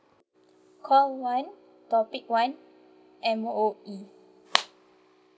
call one topic one M_O_E